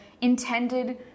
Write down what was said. intended